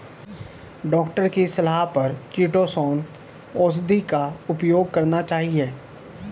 doctor की सलाह पर चीटोसोंन औषधि का उपयोग करना चाहिए